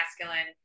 masculine